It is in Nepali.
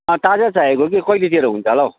अँ ताजा चाहिएको कि कहिलेतिर हुन्छ होला हौ